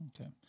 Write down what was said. okay